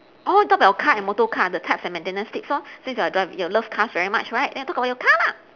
orh talk about your car and motor car the types and maintenance tips lor since you drive you love cars very much right then talk about your car lah